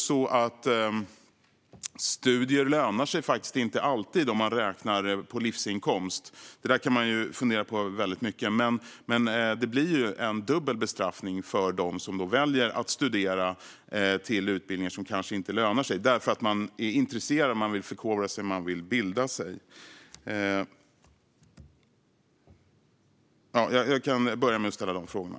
Studier lönar sig faktiskt inte alltid om man räknar på livsinkomst. Det kan man fundera väldigt mycket på, men detta blir en dubbel bestraffning för dem som väljer utbildning som kanske inte lönar sig. De studerar kanske för att de är intresserade, vill förkovra sig eller vill bilda sig. Jag kan börja med att ställa de frågorna.